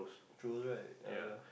churros right ya ya